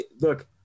look